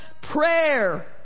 prayer